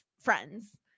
friends